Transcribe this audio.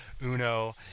uno